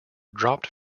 dropped